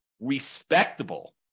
respectable